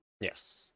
Yes